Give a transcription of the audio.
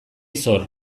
zor